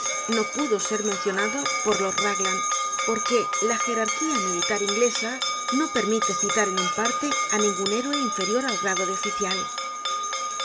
no pudo ser mencionado por lord raglan porque la gerarquía militar inglesa no permite citar en un parte á ningun héroe inferior al grado de oficial lo